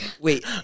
wait